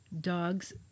Dogs